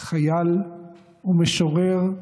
חייל ומשורר.